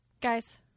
guys